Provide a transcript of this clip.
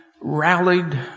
rallied